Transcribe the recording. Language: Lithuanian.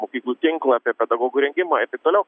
mokyklų tinklą apie pedagogų rengimą ir taip toliau